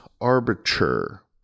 arbiter